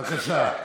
בבקשה.